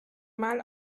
mal